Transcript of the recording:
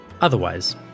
Otherwise